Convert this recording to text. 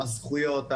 הזכויות,